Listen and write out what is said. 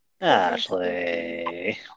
Ashley